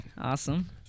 Awesome